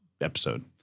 episode